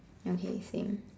okay same